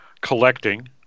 collecting